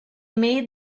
made